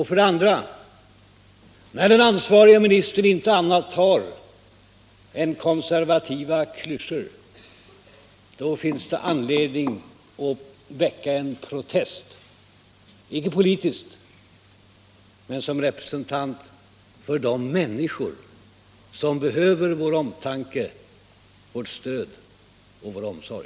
För det andra: När den ansvariga ministern inte annat har att komma med än konservativa klyschor finns det anledning att väcka en protest, icke politiskt men som representant för de människor som behöver vår omtanke, vårt stöd och vår omsorg.